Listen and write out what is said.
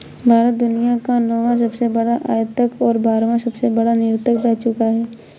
भारत दुनिया का नौवां सबसे बड़ा आयातक और बारहवां सबसे बड़ा निर्यातक रह चूका है